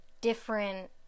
different